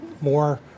more